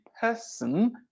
person